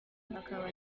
akaba